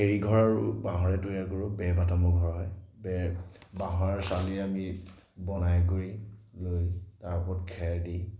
খেৰী ঘৰ বাঁহৰে তৈয়াৰ কৰোঁ বেৰ বাটামৰ ঘৰ হয় বেৰ বাঁহৰ কামিৰে আমি বনাই কৰি লৈ তাৰ ওপৰত খেৰ দি